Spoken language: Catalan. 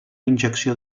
injecció